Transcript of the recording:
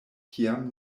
kiam